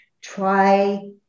try